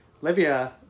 Livia